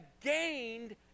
gained